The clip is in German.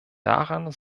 daran